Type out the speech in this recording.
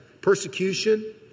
Persecution